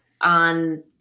on